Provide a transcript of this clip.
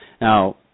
Now